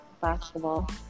basketball